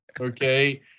Okay